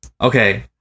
Okay